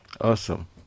awesome